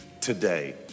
today